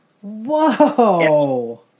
Whoa